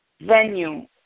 venue